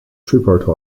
tripartite